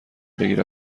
بگیره